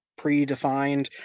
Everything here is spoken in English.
predefined